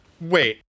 wait